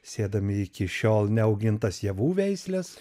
sėdami iki šiol neaugintas javų veisles